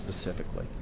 specifically